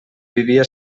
vivia